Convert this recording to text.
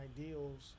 ideals